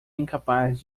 incapaz